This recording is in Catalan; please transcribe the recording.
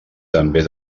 també